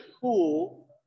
cool